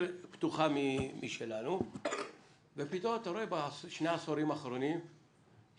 כפי